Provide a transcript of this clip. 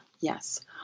Yes